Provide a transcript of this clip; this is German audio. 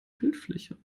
bildfläche